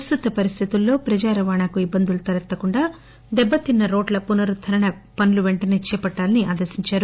ప్రస్తుత పరిస్థితుల్లో ప్రజా రవాణాకు ఇబ్బందులు తలెత్తకుండా దెబ్బతిన్న రోడ్ల పునరుద్దరణ పనులు పెంటసే చేపట్టాలని ఆదేశించారు